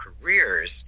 careers